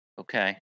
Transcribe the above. Okay